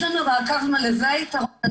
יש לנו מעקב מלא, זה היתרון.